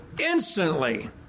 instantly